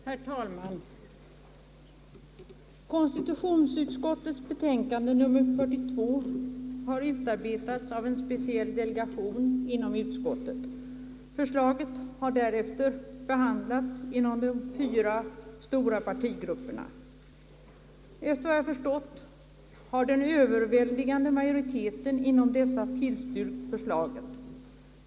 Herr talman! Konstitutionsutskottets betänkande nr 42 har utarbetats av en speciell delegation inom utskottet. Förslaget har därefter behandlats inom de fyra stora partigrupperna. Efter vad jag har förstått har den överväldigande majoriteten inom dessa tillstyrkt förslaget.